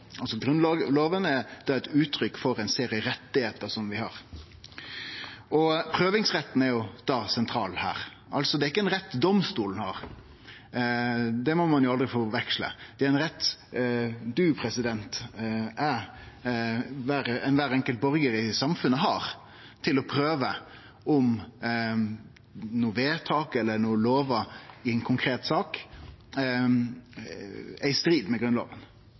er eit uttrykk for ein serie rettar vi har. Prøvingsretten er sentral her. Det er ikkje ein rett domstolane har. Det må ein aldri forveksle – det er ein rett presidenten, eg og kvar ein borgar i samfunnet har til å prøve om vedtak eller lover i ei konkret sak er i strid med